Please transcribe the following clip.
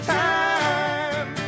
time